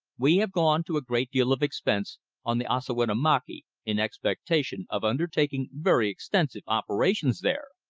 we have gone to a great deal of expense on the ossawinamakee in expectation of undertaking very extensive operations there.